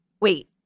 wait